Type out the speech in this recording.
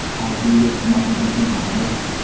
i agree with martin luther king on this,